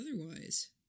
otherwise